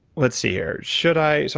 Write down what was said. let's see here. should i, so,